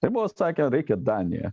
tai buvo sakė reikia danija